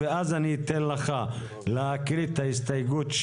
יכולים לבקש את חוות הדעת הנוספת הזאת?